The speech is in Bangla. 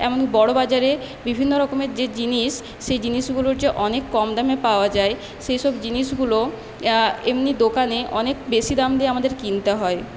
এমন বড়োবাজারে বিভিন্ন রকমের যে জিনিস সেই জিনিসগুলোর যে অনেক কম দামে পাওয়া যায় সেইসব জিনিসগুলো এমনি দোকানে অনেক বেশি দাম দিয়ে আমাদের কিনতে হয়